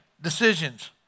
decisions